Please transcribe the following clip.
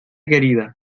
querida